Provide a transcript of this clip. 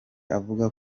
avuga